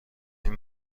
این